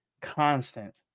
constant